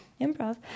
Improv